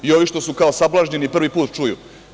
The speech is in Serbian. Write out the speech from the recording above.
I ovi što su kao sablažnjeni, prvi put čuju.